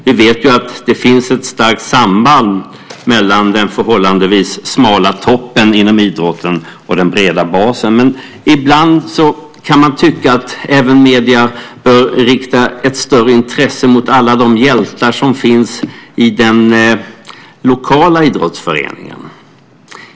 Vi vet att det finns ett starkt samband mellan den förhållandevis smala toppen inom idrotten och den breda basen. Men ibland kan man tycka att medierna även bör rikta ett större intresse mot alla de hjältar som finns i den lokala idrottsföreningen.